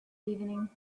evening